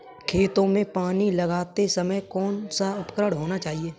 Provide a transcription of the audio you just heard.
खेतों में पानी लगाते समय कौन सा उपकरण होना चाहिए?